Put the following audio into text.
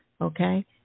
Okay